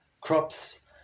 crops